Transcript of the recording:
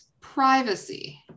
privacy